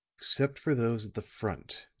except for those at the front.